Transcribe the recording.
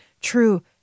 true